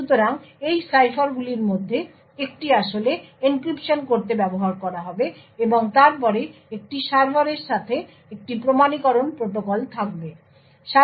সুতরাং এই সাইফারগুলির মধ্যে একটি আসলে এনক্রিপশন করতে ব্যবহার করা হবে এবং তারপরে একটি সার্ভারের সাথে একটি প্রমাণীকরণ প্রোটোকল থাকবে